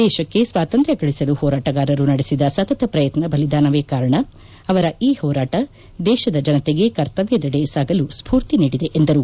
ದೇಶಕ್ಕೆ ಸ್ವಾತಂತ್ರ್ ಗಳಿಸಲು ಹೋರಾಟಗಾರರು ನಡೆಸಿದ ಸತತ ಪ್ರಯತ್ನ ಬಲಿದಾನವೇ ಕಾರಣ ಅವರ ಈ ಹೋರಾಟ ದೇಶದ ಜನತೆಗೆ ಕರ್ತವ್ಯದೆಡೆ ಸಾಗಲು ಸ್ಪೂರ್ತಿ ನೀಡಿದೆ ಎಂದರು